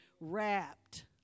wrapped